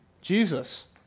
Jesus